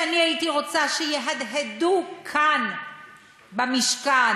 שאני הייתי רוצה שיהדהדו כאן במשכן,